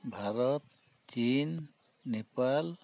Bharat Chin Nepal